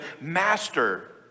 Master